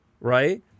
Right